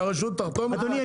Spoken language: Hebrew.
שהרשות תחתום --- אדוני,